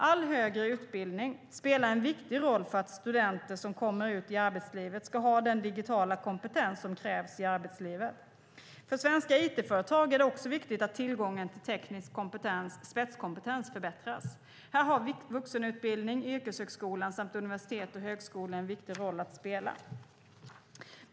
All högre utbildning spelar en viktig roll för att studenter som kommer ut i arbetslivet ska ha den digitala kompetens som krävs där. För svenska it-företag är det också viktigt att tillgången till teknisk spetskompetens förbättras. Här har vuxenutbildning, yrkeshögskolor samt universitet och högskolor en viktig roll att spela.